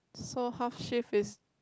so how shift is